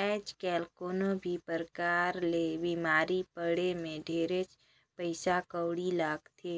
आयज कायल कोनो भी परकार ले बिमारी पड़े मे ढेरेच पइसा कउड़ी लागथे,